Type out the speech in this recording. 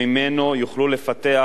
שממנו יוכלו לפתח